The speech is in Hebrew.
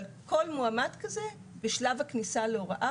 אבל כל מועמד כזה בשלב הכניסה להוראה,